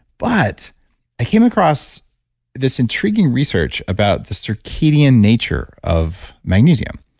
but i came across this intriguing research about the circadian nature of magnesium,